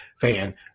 fan